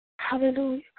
Hallelujah